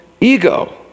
ego